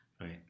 right